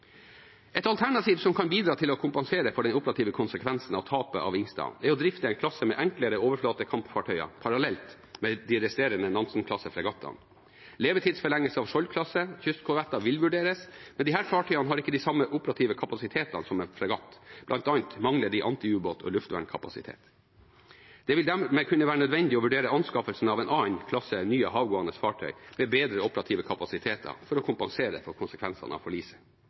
Et alternativ som kan bidra til å kompensere for den operative konsekvensen av tapet av «Helge Ingstad», er å drifte en klasse med enklere overflatekampfartøyer parallelt med de resterende Nansen-klasse-fregattene. Levetidsforlengelse av Skjold-klasse kystkorvetter vil vurderes, men disse fartøyene har ikke de samme operative kapasitetene som en fregatt. Blant annet mangler de antiubåt- og luftvernkapasitet. Det vil dermed kunne være nødvendig å vurdere anskaffelse av en annen klasse nye havgående fartøyer med bedre operative kapasiteter for å kompensere for konsekvensene av